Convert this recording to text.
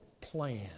plan